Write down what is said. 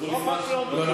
לקחו לי זמן.